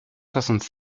soixante